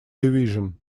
division